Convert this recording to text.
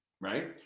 right